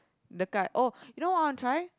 the card oh you know what I want to try